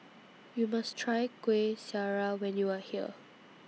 YOU must Try Kuih Syara when YOU Are here